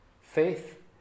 Faith